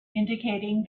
indicating